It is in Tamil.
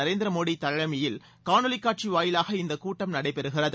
நரேந்திர மோடி தலைமையில் காணொலிக் காட்சி வாயிலாக இந்தக் கூட்டம் நடைபெறுகிறது